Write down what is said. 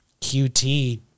QT